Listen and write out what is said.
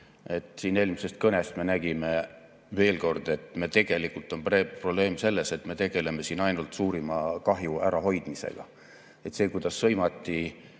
eelmisest kõnest me nägime veel kord, et tegelikult on probleem selles, et me tegeleme siin ainult suurima kahju ärahoidmisega. See, kuidas sõimati